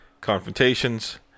confrontations